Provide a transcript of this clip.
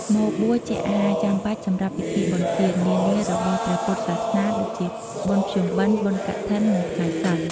ម្ហូបបួសជាអាហារចាំបាច់សម្រាប់ពិធីបុណ្យទាន នានារបស់ព្រះពុទ្ធសាសនា ដូចជា បុណ្យភ្ជុំបិណ្ឌ បុណ្យកឋិន និងថ្ងៃសីល។